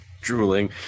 drooling